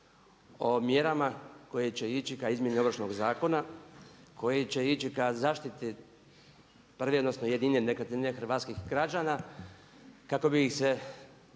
o mjerama koje će ići ka izmjeni Ovršnog zakona koji će ići ka zaštiti prvenstveno jedine nekretnine hrvatskih građana kako bi se